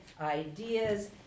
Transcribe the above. ideas